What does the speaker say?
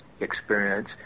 experience